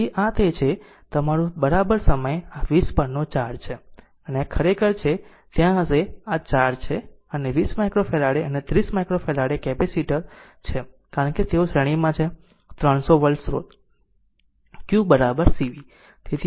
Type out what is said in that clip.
તેથી આ તે છે કે તમારું બરાબર સમય આ 20 પરનો ચાર્જ છે અને આ ખરેખર છે ત્યાં આ હશે તે આ ચાર્જ છે અને 20 માઈક્રોફેરાડે અને 30 માઈક્રોફેરાડે કેપેસિટર કારણ કે તેઓ શ્રેણીમાં છે 300 વોલ્ટ સ્રોત q cv